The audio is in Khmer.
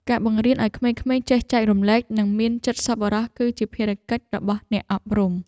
ការបង្រៀនឱ្យក្មេងៗចេះចែករំលែក និងមានចិត្តសប្បុរស គឺជាភារកិច្ចរបស់អ្នកអប់រំ។